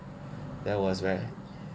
there was where